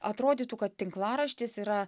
atrodytų kad tinklaraštis yra